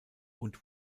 und